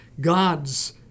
God's